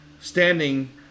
standing